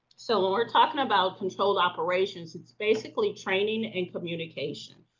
so when we're talking about controlled operations, it's basically training and communication.